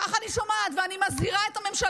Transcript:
כך אני שומעת, ואני מזהירה את הממשלה,